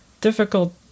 difficult